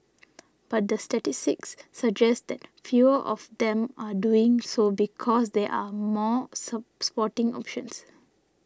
but the statistics suggest that fewer of them are doing so because they are more sporting options